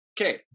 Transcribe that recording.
okay